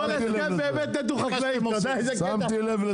בכל הסכם באמת מתו חקלאים, איזה קטע.